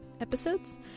episodes